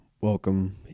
Welcome